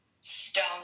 stone